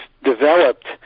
Developed